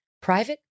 Private